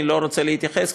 אני לא רוצה להתייחס,